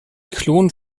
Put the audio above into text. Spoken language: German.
klon